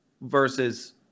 versus